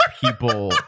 people